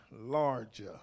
larger